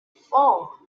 four